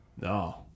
No